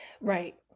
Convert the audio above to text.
right